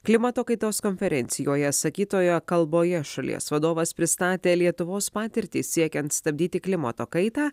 klimato kaitos konferencijoje sakytoje kalboje šalies vadovas pristatė lietuvos patirtį siekiant stabdyti klimato kaitą